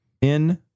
in-